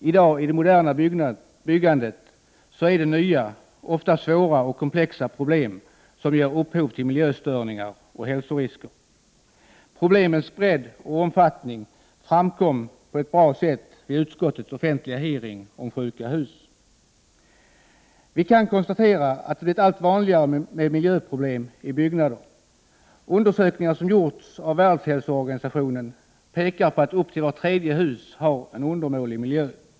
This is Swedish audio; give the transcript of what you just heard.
I dag, i det moderna byggandet, är det nya, ofta svåra och komplexa problem, som ger upphov till miljöstörningar och hälsorisker. Problemens bredd och omfattning framkom på ett bra sätt vid utskottets offentliga hearing om sjuka hus. Vi kan konstatera att det blivit allt vanligare med miljöproblem i byggnader. Undersökningar som gjorts av Världshälsoorganisationen pekar på att upp till vart tredje hus har en undermålig miljö.